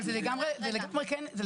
אבל זה לגמרי כן קשור.